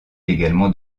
également